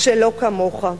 שלא כמוך.